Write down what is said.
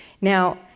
Now